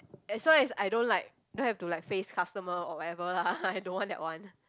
as long as I don't like don't have to like face customer or whatever lah I don't want that one